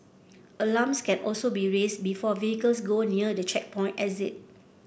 alarms can also be raised before vehicles go near the checkpoint exit